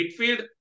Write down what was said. midfield